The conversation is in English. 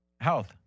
Health